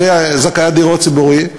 לזכאי הדיור הציבורי,